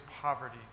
poverty